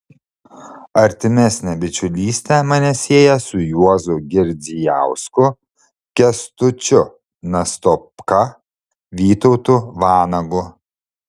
artimesnė bičiulystė mane sieja su juozu girdzijausku kęstučiu nastopka vytautu vanagu